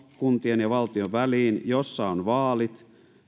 kuntien ja valtion väliin uutta hallintoa jossa on vaalit